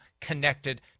connected